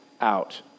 out